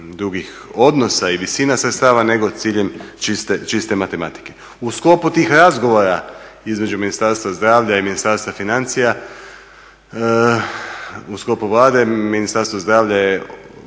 drugih odnosa ili … sredstava nego s ciljem čiste matematike. U sklopu tih razgovora između Ministarstva zdravlja i Ministarstva financija, u sklopu Vlade Ministarstvo zdravlja je